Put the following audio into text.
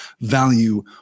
value